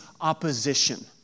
opposition